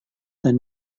dan